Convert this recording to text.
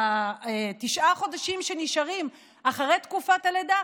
בתשעה החודשים שנשארים אחרי תקופת הלידה,